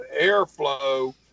airflow